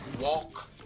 walk